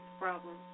problem